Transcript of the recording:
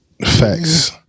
facts